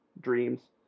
dreams